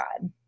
God